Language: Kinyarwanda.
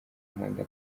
muhanda